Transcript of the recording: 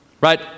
Right